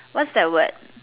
what's that word